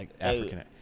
African